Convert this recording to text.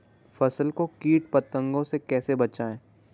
फसल को कीट पतंगों से कैसे बचाएं?